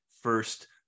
first